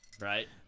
Right